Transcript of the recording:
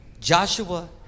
Joshua